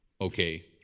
okay